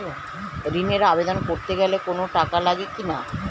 ঋণের আবেদন করতে গেলে কোন টাকা লাগে কিনা?